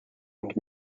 and